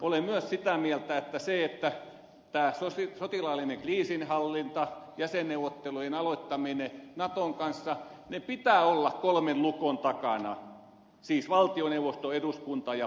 olen myös sitä mieltä että tämän sotilaallisen kriisinhallinnan jäsenneuvottelujen aloittamisen naton kanssa pitää olla kolmen lukon takana siis valtioneuvoston eduskunnan ja presidentin